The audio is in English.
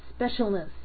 specialness